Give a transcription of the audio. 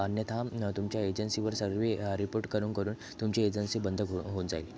अन्यथा तुमच्या एजन्सीवर सर्व रिपोर्ट करून करून तुमची एजन्सी बंद हो होऊन जाईल